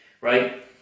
right